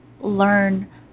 learn